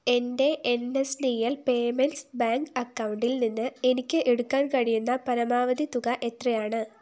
എൻ്റെ N S D L payments bank അക്കൗണ്ടിൽ നിന്ന് എനിക്ക് എടുക്കാൻ കഴിയുന്ന പരമാവധി തുക എത്രയാണ്